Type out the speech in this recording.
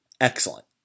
Excellent